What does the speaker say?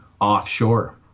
offshore